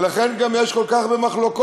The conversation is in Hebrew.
ולכן גם יש כל כך הרבה מחלוקות.